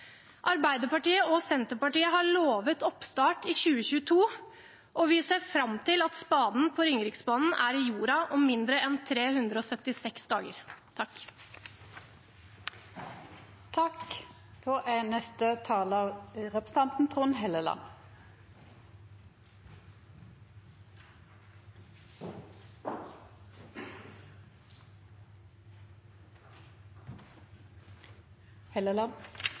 Arbeiderpartiet og Senterpartiet har lovet oppstart i 2022, og vi ser fram til at spaden på Ringeriksbanen er i jorda om mindre enn 376 dager. Det går vel mot slutten på denne debatten, som er